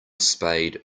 spade